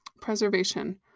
Preservation